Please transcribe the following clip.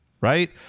right